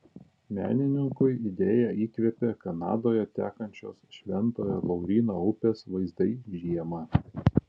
menininkui idėją įkvėpė kanadoje tekančios šventojo lauryno upės vaizdai žiemą